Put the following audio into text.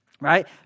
Right